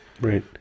right